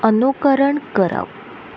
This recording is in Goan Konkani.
अनुकरण करप